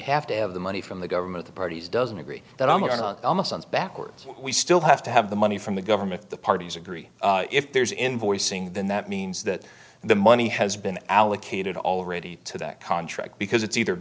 have to have the money from the government the parties doesn't agree that i'm going backwards we still have to have the money from the government the parties agree if there's invoicing then that means that the money has been allocated already to that contract because it's either